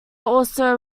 also